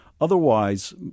Otherwise